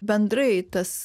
bendrai tas